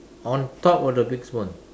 on top of the big spoon